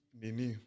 nini